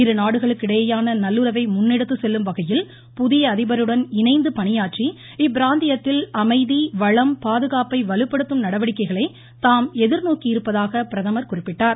இரு நாடுகளுக்கு இடையேயான நல்லுறவை முன்னெடுத்துச் செல்லும் வகையில் புதிய அதிபருடன் இணைந்து பணியாந்றி இப்பிராந்தியத்தில் அமைதி வளம் பாதுகாப்பை வலுப்படுத்தும் நடவடிக்கைகளை தாம் எதிர்நோக்கியிருப்பதாக பிரதமர் குறிப்பிட்டார்